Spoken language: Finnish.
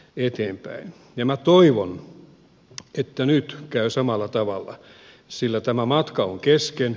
minä toivon että nyt käy samalla tavalla sillä tämä matka on kesken